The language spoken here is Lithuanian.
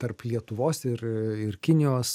tarp lietuvos ir ir kinijos